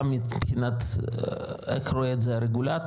גם מבחינת איך רואה את זה הרגולטור,